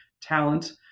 talent